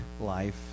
life